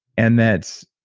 and that's,